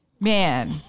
Man